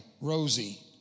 Rosie